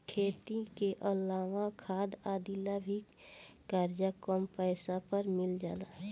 खेती के अलावा खाद आदि ला भी करजा कम पैसा पर मिल जाला